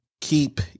Keep